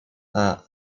are